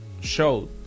show